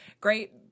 great